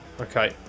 Okay